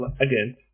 again